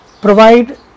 provide